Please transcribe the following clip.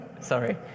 Sorry